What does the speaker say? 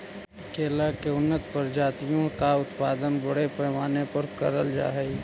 केला की उन्नत प्रजातियों का उत्पादन बड़े पैमाने पर करल जा हई